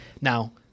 now